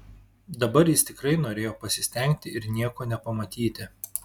dabar jis tikrai norėjo pasistengti ir nieko nepamatyti